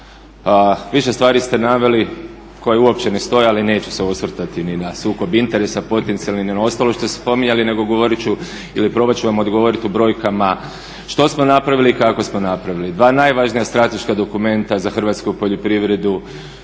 Više stvari ste naveli koje uopće ne stoje, ali neću se osvrtati ni na sukob interesa potencijalni ni na ostalo što ste spominjali, nego govorit ću ili probat ću vam odgovoriti u brojkama što smo napravili i kako smo napravili. Dva najvažnija strateška dokumenta za hrvatsku poljoprivredu